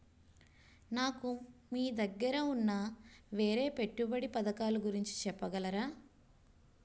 నాకు మీ దగ్గర ఉన్న వేరే పెట్టుబడి పథకాలుగురించి చెప్పగలరా?